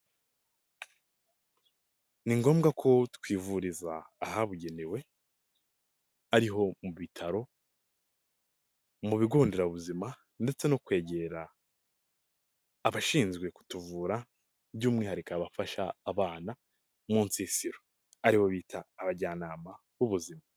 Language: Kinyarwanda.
Ni ngombwa ko twivuriza ahabugenewe ariho mu bitaro, mu bigo nderabuzima ndetse no kwegera abashinzwe kutuvura by'umwihariko abafasha abana mu nsisiro aribo bita abajyanama b'ubuzima.